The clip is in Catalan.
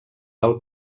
del